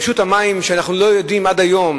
ואנחנו לא יודעים עד היום